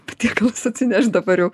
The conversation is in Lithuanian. patiekalus atsineš dabar jau